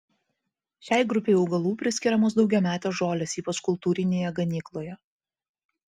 šiai grupei augalų priskiriamos daugiametės žolės ypač kultūrinėje ganykloje